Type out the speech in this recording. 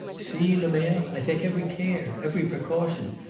see, lemerre, i take every care, every precaution,